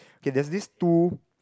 okay there's this two